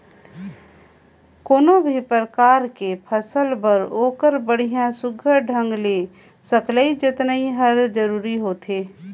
कोनो भी परकार के फसल बर ओखर बड़िया सुग्घर ढंग ले सकलई जतनई हर जरूरी होथे